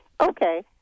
Okay